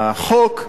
החוק,